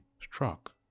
struck